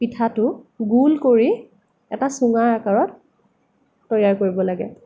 পিঠাটো গোল কৰি এটা চুঙাৰ আকাৰত তৈয়াৰ কৰিব লাগে